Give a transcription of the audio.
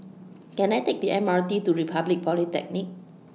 Can I Take The M R T to Republic Polytechnic